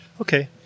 Okay